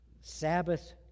Sabbath